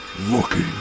looking